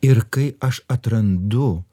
ir kai aš atrandu